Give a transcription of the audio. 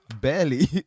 Barely